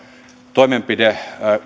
toimenpide